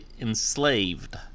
enslaved